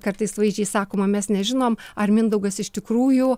kartais vaizdžiai sakoma mes nežinome ar mindaugas iš tikrųjų